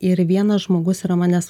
ir vienas žmogus yra manęs